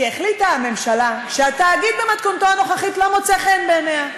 כי החליטה הממשלה שהתאגיד במתכונתו הנוכחית לא מוצא חן בעיניה.